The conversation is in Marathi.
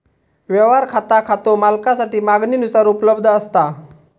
व्यवहार खाता खातो मालकासाठी मागणीनुसार उपलब्ध असता